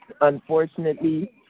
Unfortunately